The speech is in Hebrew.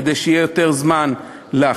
כדי שיהיה יותר זמן להכין,